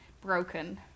broken